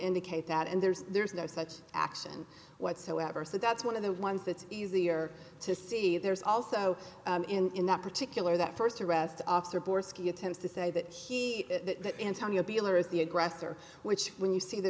indicate that and there's there's no such action whatsoever so that's one of the ones that's easier to see there's also in that particular that first arrest officer board ski attempts to say that he that antonio beeler is the aggressor which when you see the